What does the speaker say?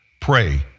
pray